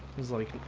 he's like